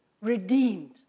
redeemed